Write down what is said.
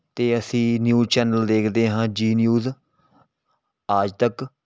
ਅਤੇ ਅਸੀਂ news channel ਦੇਖਦੇ ਹਾਂ ਜੀ ਨਿਊਜ਼ ਆਜ ਤੱਕ